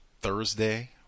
thursday